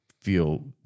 feel